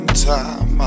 time